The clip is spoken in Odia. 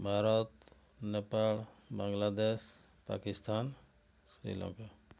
ଭାରତ ନେପାଳ ବାଙ୍ଗଲାଦେଶ ପାକିସ୍ତାନ ଶ୍ରୀଲଙ୍କା